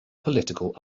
political